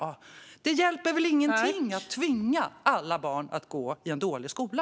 Det hjälper väl ingenting att tvinga alla barn att gå i en dålig skola.